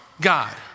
God